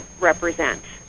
represent